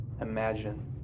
imagine